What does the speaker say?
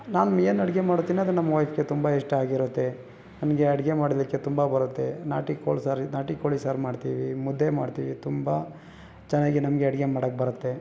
ನಾನು ಏನು ಅಡಿಗೆ ಮಾಡುತ್ತೀನಿ ಅದು ನಮ್ಮ ವೈಫ್ಗೆ ತುಂಬ ಇಷ್ಟ ಆಗಿರುತ್ತೆ ನನಗೆ ಅಡಿಗೆ ಮಾಡೋದಕ್ಕೆ ತುಂಬ ಬರುತ್ತೆ ನಾಟಿ ಕೋಳಿ ಸಾರು ನಾಟಿ ಕೋಳಿ ಸಾರು ಮಾಡ್ತೀವಿ ಮುದ್ದೆ ಮಾಡ್ತೀವಿ ತುಂಬ ಚೆನ್ನಾಗಿ ನಮಗೆ ಅಡಿಗೆ ಮಾಡಕ್ಕೆ ಬರತ್ತೆ